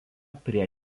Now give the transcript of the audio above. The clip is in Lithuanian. prie